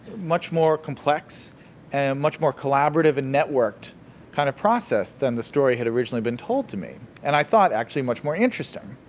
much more complex, and much more collaborative and networked kind of process than the story had originally been told to me, and i thought much more interesting.